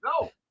No